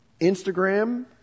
Instagram